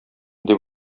дип